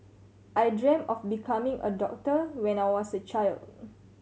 I dreamt of becoming a doctor when I was a child